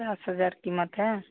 पचास हज़ार कीमत है